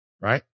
right